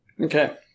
Okay